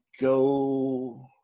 go